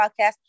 podcast